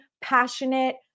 passionate